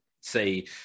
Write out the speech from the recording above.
say